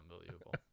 Unbelievable